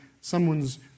someone's